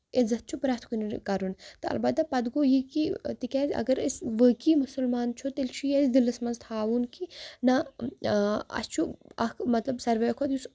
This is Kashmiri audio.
عِزت چھُ پرٮ۪تھ کُنہِ کَرُن تہٕ اَلبتہ پَتہٕ گوٚو یہِ کہِ تِکیازِ اَگر أسۍ باقٕے مُسلمان وُچھو تیٚلہِ چھُ اَسہِ یہِ دِلَس منٛز تھاوُن کہِ نہ اَسہِ چھُ اکھ مطلب ساروی کھۄتہٕ یُس